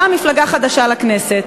באה מפלגה חדשה לכנסת,